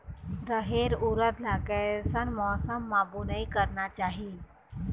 रहेर उरद ला कैसन मौसम मा बुनई करना चाही?